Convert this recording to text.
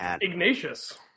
ignatius